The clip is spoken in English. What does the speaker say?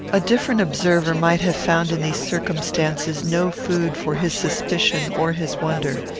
a different observer might have found in these circumstances no food for his suspicion or his wonder.